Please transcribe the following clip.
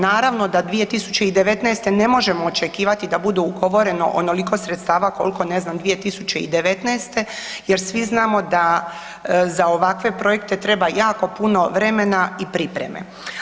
Naravno da 2019. ne možemo očekivati da bude ugovoreno onoliko sredstava koliko ne znam 2019. jer svi znamo da za ovakve projekte treba jako puno vremena i pripreme.